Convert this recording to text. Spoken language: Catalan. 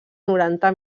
noranta